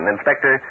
Inspector